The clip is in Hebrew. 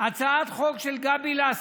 הצעת חוק של גבי לסקי,